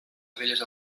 femelles